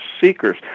seekers